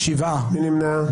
מי נמנע?